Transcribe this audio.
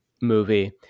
movie